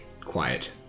quiet